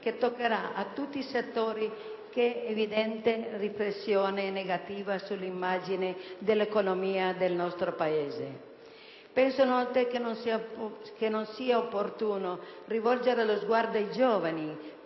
che toccherà tutti i settori, con evidenti ripercussioni negative sull'immagine e sull'economia del nostro Paese. Penso, inoltre, che sia opportuno rivolgere lo sguardo alle giovani